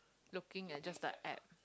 looking at just the app